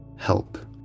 help